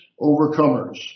Overcomers